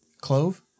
Clove